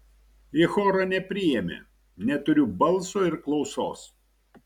į chorą nepriėmė neturiu balso ir klausos